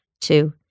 Two